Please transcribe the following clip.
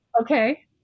okay